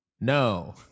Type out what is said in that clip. No